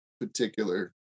particular